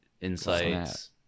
insights